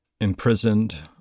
imprisoned